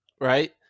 right